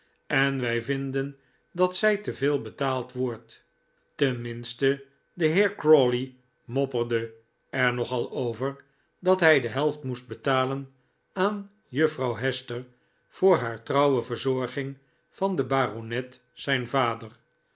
en wij vinden dat zij te veel betaald wordt ten minste de heer crawley mopperde er nog al over dat hij de helft moest betalen aan juffrouw hester voor haar trouwe verzorging van den baronet zijn vader